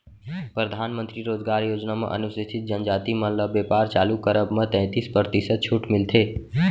परधानमंतरी रोजगार योजना म अनुसूचित जनजाति मन ल बेपार चालू करब म तैतीस परतिसत छूट मिलथे